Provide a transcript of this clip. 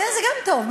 זה גם טוב.